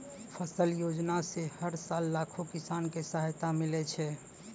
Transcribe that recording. फसल योजना सॅ हर साल लाखों किसान कॅ सहायता मिलै छै